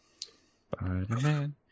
Spider-Man